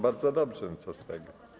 Bardzo dobrze, co z tego.